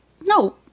No